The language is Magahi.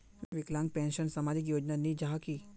विकलांग पेंशन सामाजिक योजना नी जाहा की?